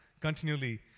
continually